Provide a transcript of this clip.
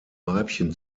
weibchen